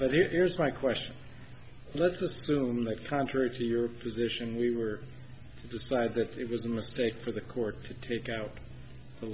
but here here's my question let's assume that contrary to your position we were decided that it was a mistake for the court to take out the